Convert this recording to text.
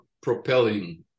propelling